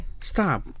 Stop